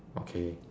okay